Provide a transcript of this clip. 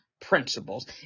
principles